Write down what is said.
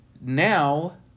Now